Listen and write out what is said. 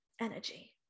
energy